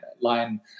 line